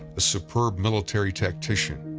a superb military tactician,